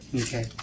Okay